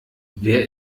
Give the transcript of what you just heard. wer